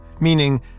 meaning